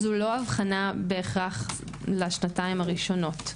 זו לא הבחנה בהכרח לשנתיים הראשונות.